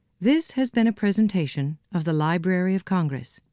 this has been a presentation of the library of congress.